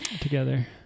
Together